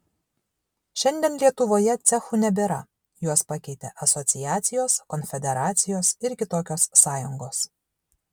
šiandien lietuvoje cechų nebėra juos pakeitė asociacijos konfederacijos ir kitokios sąjungos